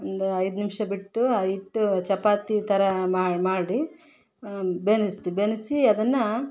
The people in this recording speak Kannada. ಒಂದು ಐದು ನಿಮಿಷ ಬಿಟ್ಟು ಆ ಹಿಟ್ಟು ಚಪಾತಿ ಥರ ಮಾಡಿ ಬೆಯಸ್ತಿ ಬೆಯ್ಸಿ ಅದನ್ನು